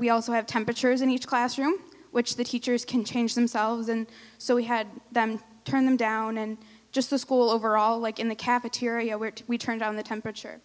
we also have temperatures in each classroom which the teachers can change themselves and so we had them turn them down and just the school overall like in the cafeteria where we turn down the temperature